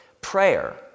prayer